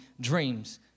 dreams